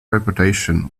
reputation